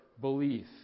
belief